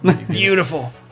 beautiful